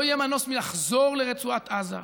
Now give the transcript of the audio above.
ולא יהיה מנוס מלחזור לרצועת עזה,